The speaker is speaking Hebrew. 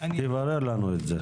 תברר לנו את זה.